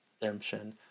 redemption